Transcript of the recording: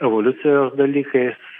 evoliucijos dalykais